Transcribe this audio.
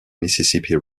mississippi